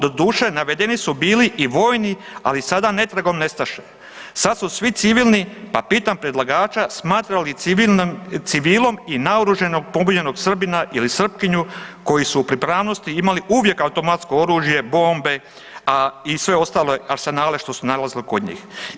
Doduše navedeni su bili i vojni, ali sada netragom nestaše, sad su svi civilni, pa pitam predlagača, smatra li civilom i naoružanog pobunjenog Srbina ili Srpkinju koji su u pripravnosti imali uvijek automatsko oružje, bombe i sve ostale arsenale što su nalazili kod njih.